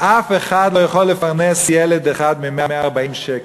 אף אחד לא יכול לפרנס ילד אחד מ-140 שקל.